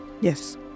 Yes